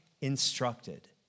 instructed